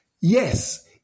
Yes